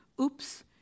oops